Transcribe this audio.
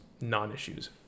non-issues